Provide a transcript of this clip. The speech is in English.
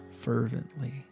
fervently